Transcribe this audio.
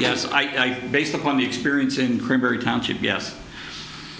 yes i based upon the experience in township yes